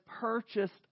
purchased